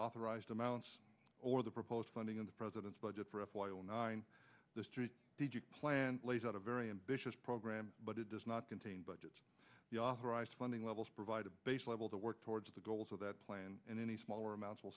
authorized amounts or the proposed funding of the president's budget for a foil nine did you plan lays out a very ambitious program but it does not contain budgets the authorized funding levels provide a base level to work towards the goals of that plan and any smaller amounts will